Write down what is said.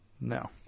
No